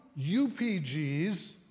UPGs